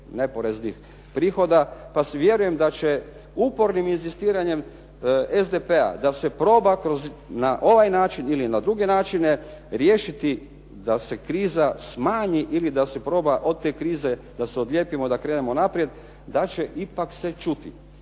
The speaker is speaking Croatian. neporeznih prihoda pa vjerujem da će upornim inzistiranjem SDP-a da se proba na ovaj način ili na druge načine riješiti da se kriza smanji ili da se proba od te krize da se odlijepimo, da krenemo naprijed, da će ipak se čuti.